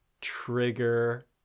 trigger